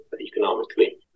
economically